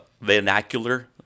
vernacular